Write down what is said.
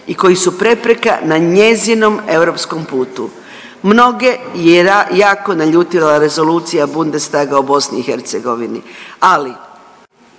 i koji su prepreka na njezinom europskom putu. Mnoge je jako naljutila rezolucija Bundestaga o BiH, ali